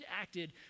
acted